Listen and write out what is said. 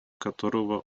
которого